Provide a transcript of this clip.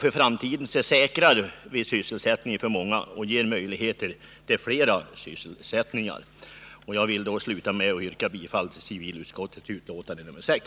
För framtiden säkrar vi sysselsättningen för många och ger möjligheter att skapa fler sysselsättningar. Jag vill därför sluta med att yrka bifall till civilutskottets hemställan i dess betänkande nr 6.